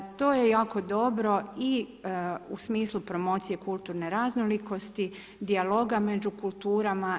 To je jako dobro i u smislu promocije kulturne raznolikosti, dijaloga među kulturama.